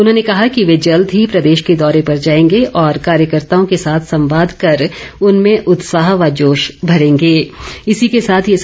उन्होंने कहा कि वे जल्द ही प्रदेश के दौरे पर जाएंगे और कार्यकर्ताओ के साथ संवाद कर उनमे उत्साह व जोश भरेंगे